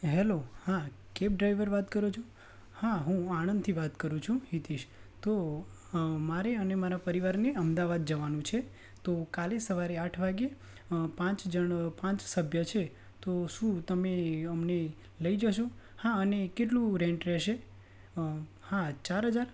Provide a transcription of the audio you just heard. hello હા cab driver વાત કરો છો હા હું આણંદથી વાત કરું છું હિતેશ તો મારે અને મારા પરિવારને અમદાવાદ જવાનું છે તો કાલે સવારે આઠ વાગ્યે પાંચ જણ પાંચ સભ્ય છે તો શું તમે અમને લઈ જશો હા અને કેટલું રેન્ટ રહેશે હા ચાર હજાર